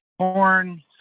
corn